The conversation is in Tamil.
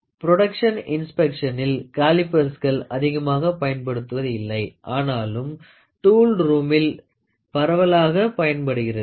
ப்ரோடுக்ஸ்கன் இன்ஸ்பெக்சனில் காலிபர்சுகள் அதிகமாக பயன்படுவது இல்லை ஆனாலும் டூல் ரூமில் பரவலாக பயன்படுகிறது